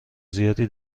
زیادی